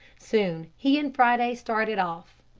soon he and friday started off.